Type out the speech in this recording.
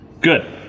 good